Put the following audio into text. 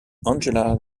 angela